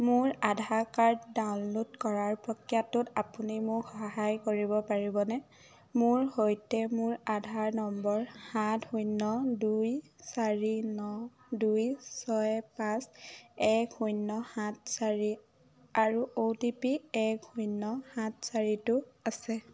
মোৰ Aadhaar card download কৰাৰ প্ৰক্ৰিয়াটোত আপুনি মোক সহায় কৰিব পাৰিবনে মোৰ সৈতে মোৰ আধাৰ নম্বৰ সাত শূন্য দুই চাৰি ন দুই ছয় পাঁচ এক শূন্য সাত চাৰি আৰু অ'টিপি এক শূন্য সাত চাৰিটো আছে